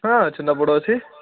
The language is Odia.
ହଁ ଛେନାପୋଡ଼ ଅଛି